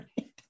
right